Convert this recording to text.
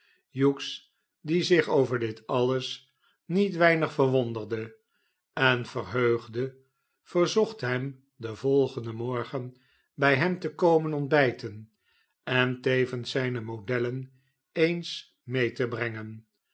hughes die zich over dit alles niet weinig verwonderde en verheugde verzocht hem den volgenden morgen bij hem te komen ontbijten en tevens zijne modellen eens mee te brengen